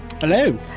Hello